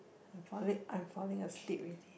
I'm falling I'm falling asleep already